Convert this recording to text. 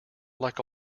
like